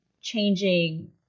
changing